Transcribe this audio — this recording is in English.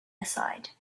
aside